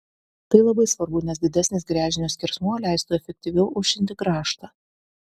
tai labai svarbu nes didesnis gręžinio skersmuo leistų efektyviau aušinti grąžtą